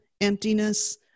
emptiness